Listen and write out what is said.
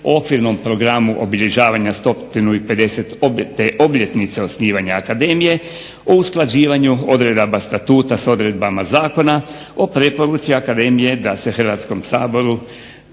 o okvirnom programu obilježavanja 150. obljetnice osnivanja akademije, o usklađivanju odredbama statuta s odredbama zakona, o preporuci akademije da se Hrvatskom saboru